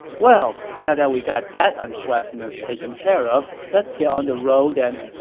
well, now that we got that unpleasantness taken care of, let's get on the road and,